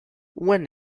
when